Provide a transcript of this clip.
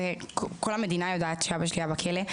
כל המדינה יודעת שאבא שלי היה בכלא.